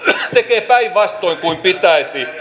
se tekee päinvastoin kuin pitäisi